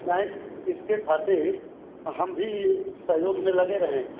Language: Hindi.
नही इसके खातिर हम भी सहयोग में लगे रहेंगे